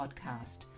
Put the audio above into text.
podcast